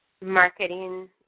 marketing